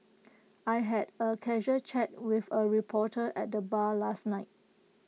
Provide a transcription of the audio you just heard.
I had A casual chat with A reporter at the bar last night